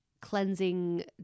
cleansing